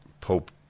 Pope